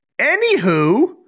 Anywho